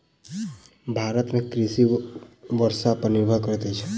भारत में कृषि वर्षा पर निर्भर करैत अछि